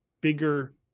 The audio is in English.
bigger –